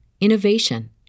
innovation